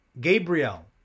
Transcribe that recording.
Gabriel